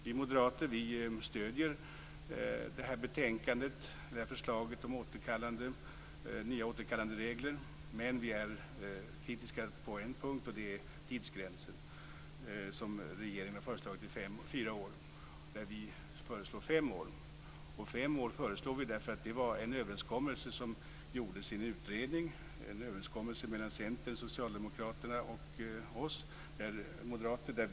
Vi moderater stöder betänkandets förslag om nya återkallanderegler. Vi är dock kritiska på en punkt, och det är tidsgränsen. Regeringen har föreslagit att den skall vara fyra år. Vi föreslår fem år. Det gör vi därför att det var den överenskommelse som gjordes i en utredning mellan Centern, Socialdemokraterna och oss moderater.